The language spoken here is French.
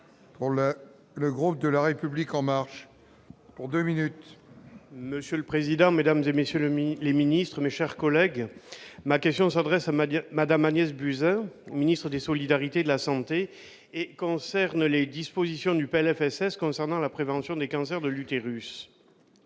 Monsieur le président, Mesdames et messieurs, le les ministres, mes chers collègues, ma question s'adresse à Mahdia Madame Agnès Buzyn, ministre des solidarités, de la santé et cancer ne les dispositions du PLFSS concernant la prévention des cancers de l'utérus,